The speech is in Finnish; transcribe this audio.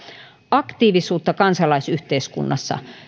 aktiivisuutta kansalaisyhteiskunnassa